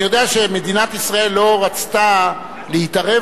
אני יודע שמדינת ישראל לא רצתה להתערב